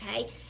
okay